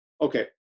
okay